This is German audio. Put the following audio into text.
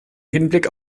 hinblick